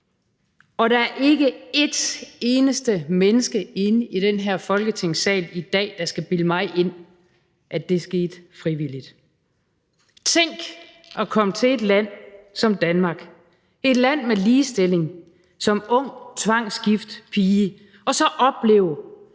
og der er ikke et eneste menneske inde i den her Folketingssal i dag, der skal bilde mig ind, at det skete frivilligt. Tænk at komme til et land som Danmark – et land med ligestilling – som ung tvangsgift pige og så opleve,